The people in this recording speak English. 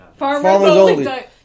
Farmersonly